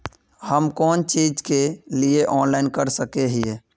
हम कोन चीज के लिए ऑनलाइन कर सके हिये?